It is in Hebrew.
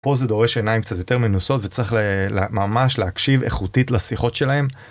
פה זה דורש עיניים קצת יותר מנוסות וצריך ממש להקשיב איכותית לשיחות שלהם.